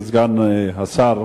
אדוני סגן השר,